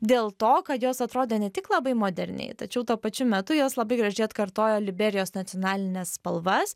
dėl to kad jos atrodė ne tik labai moderniai tačiau tuo pačiu metu jos labai gražiai atkartojo liberijos nacionalines spalvas